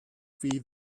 feed